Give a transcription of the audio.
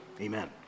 Amen